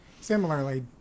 similarly